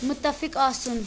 مُتَفِق آسُن